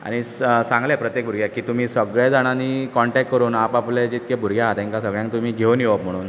आनी सा सांगलें प्रत्येक भुरग्याक की तुमीं सगळे जाणांनी कॉन्टेक्ट करून आप आपले जितके भुरगें आहा तेंकां सगळ्यांक तुमी घेवून येवप म्हुणून